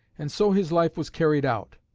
and so his life was carried out.